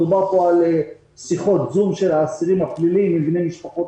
דובר פה על שיחות זום של האסירים הפליליים עם בני משפחותיהם,